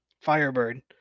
firebird